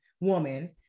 woman